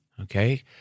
Okay